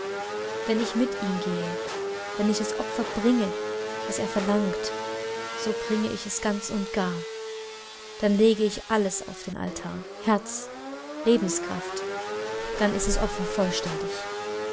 wenn ich mit ihm gehe wenn ich das opfer bringe das er verlangt so bringe ich es ganz und gar dann lege ich alles auf den altar herz lebenskraft dann ist das opfer vollständig